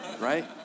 right